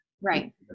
Right